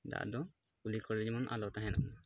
ᱫᱟᱜ ᱫᱚ ᱠᱩᱞᱦᱤ ᱠᱚᱨᱮ ᱡᱮᱱᱚ ᱟᱞᱚ ᱛᱟᱦᱮᱱ ᱢᱟ